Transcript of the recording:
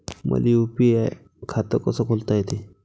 मले यू.पी.आय खातं कस खोलता येते?